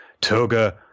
Toga